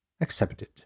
Accepted